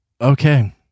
Okay